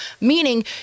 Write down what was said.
meaning